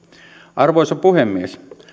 arvoisa puhemies